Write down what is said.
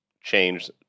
change